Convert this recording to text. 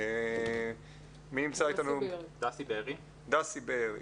דסי בארי,